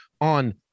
on